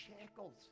shackles